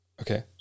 Okay